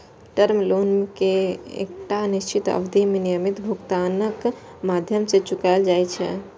term loan कें एकटा निश्चित अवधि मे नियमित भुगतानक माध्यम सं चुकाएल जाइ छै